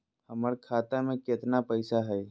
हमर खाता मे केतना पैसा हई?